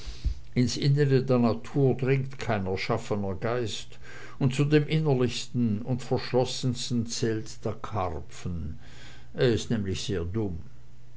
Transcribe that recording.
ins innere der natur dringt kein erschaffener geist und zu dem innerlichsten und verschlossensten zählt der karpfen er ist nämlich sehr dumm